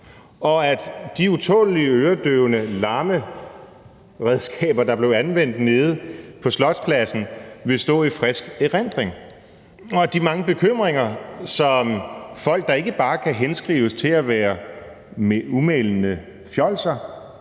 og at de utålelige, øredøvende larmeredskaber, der blev anvendt nede på Slotspladsen, vil stå i frisk erindring, og at de mange bekymringer, som folk, der ikke bare kan tilskrives at være umælende fjolser,